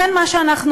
לכן, מה שאנחנו